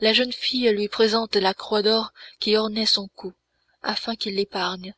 la jeune fille lui présente la croix d'or qui ornait son cou afin qu'il l'épargne